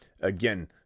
Again